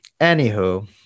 anywho